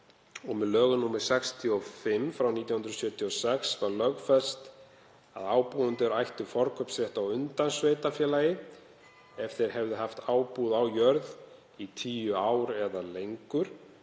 Með lögum nr. 65/1976 var lögfest að ábúendur ættu forkaupsrétt á undan sveitarfélagi ef þeir hefðu haft ábúð á jörð í tíu ár eða lengur